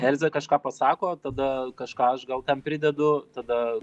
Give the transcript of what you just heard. elzė kažką pasako tada kažką aš gal ten pridedu tada